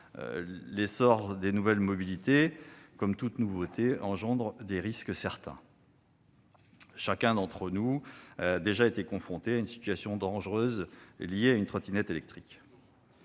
L'essor des nouvelles mobilités, comme toute nouveauté, entraîne des risques certains. Chacun d'entre nous a déjà été confronté à une situation dangereuse liée à une trottinette électrique.